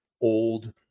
old